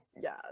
Yes